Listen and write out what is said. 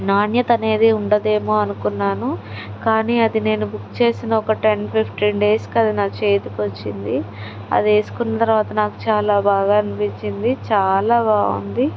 నాణ్యత అనేది ఉండదేమో అనుకున్నాను కాని అది నేను బుక్ చేసిన ఒక టెన్ ఫిఫ్టీన్ డేస్కి అది నా చేతికి వచ్చింది అది వేసుకున్న తర్వాత నాకు చాలా బాగా అనిపించింది చాలా బాగుంది